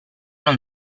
non